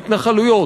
בהתנחלויות.